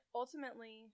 ultimately